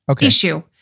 issue